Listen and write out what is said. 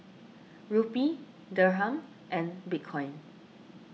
Rupee Dirham and Bitcoin